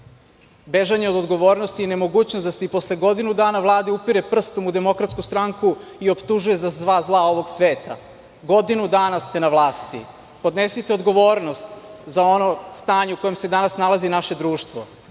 Bežanje od odgovornosti i nemogućnost da se i posle godinu dana Vlade upire prstom u Demokratsku stranku i optužuje za sva zla ovog sveta. Godinu dana ste na vlasti, podnesite odgovornost za ono stanje u kome se danas nalazi naše društvo.